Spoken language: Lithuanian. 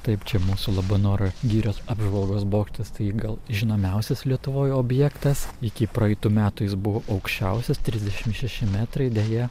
taip čia mūsų labanoro girios apžvalgos bokštas tai gal žinomiausias lietuvoj objektas iki praeitų metų jis buvo aukščiausias trisdešimt šeši metrai deja